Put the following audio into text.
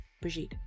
Brigitte